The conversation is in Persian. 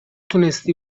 تونستی